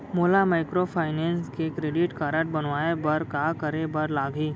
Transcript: मोला माइक्रोफाइनेंस के credit card बनवाए बर का करे बर लागही?